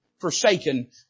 forsaken